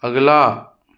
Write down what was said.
अगला